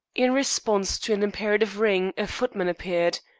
in response to an imperative ring a footman appeared.